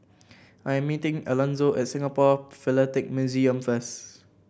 I'm meeting Elonzo at Singapore Philatelic Museum first